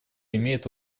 имеет